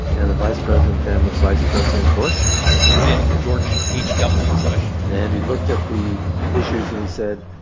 and the vice president then was vice president bush as in george h w. bush and he looked at the issues, and he said,